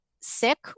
sick